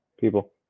people